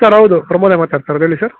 sir ಹೌದು ಪ್ರಮೋದೆ ಮಾತಾಡ್ತಿರೋದು ಹೇಳಿ ಸರ್